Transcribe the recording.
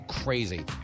Crazy